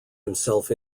himself